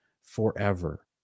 forever